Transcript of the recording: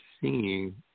seeing